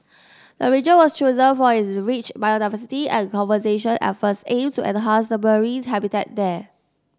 the region was chosen for its rich biodiversity and conservation efforts aim to enhance the marine habitat there